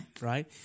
Right